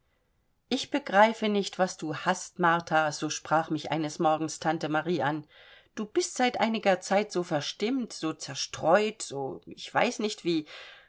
ich begreife nicht was du hast martha so sprach mich eines morgens tante marie an du bist seit einiger zeit so verstimmt so zerstreut so ich weiß nicht wie